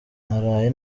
naraye